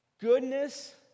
Goodness